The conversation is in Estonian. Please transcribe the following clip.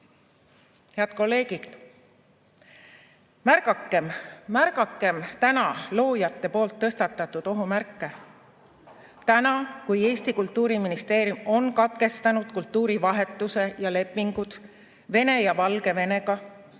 kolleegid! Märgakem täna loojate tõstatatud ohumärke! Täna, kui Eesti Kultuuriministeerium on katkestanud kultuurivahetuse ja lepingud Venemaa ja Valgevenega,